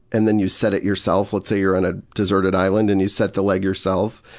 and then you set it yourself, let's say you're on a deserted island and you set the leg yourself,